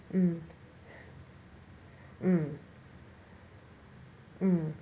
mm mm mm